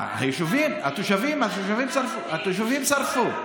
התושבים שרפו.